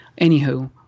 anywho